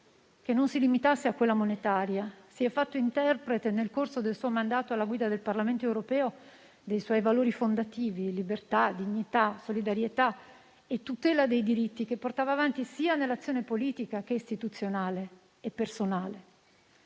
che non si limitasse a quella monetaria; si è fatto interprete, nel corso del suo mandato alla guida del Parlamento europeo, dei suoi valori fondativi: libertà, dignità, solidarietà e tutela dei diritti, che portava avanti sia nell'azione politica che istituzionale e personale.